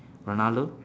ronaldo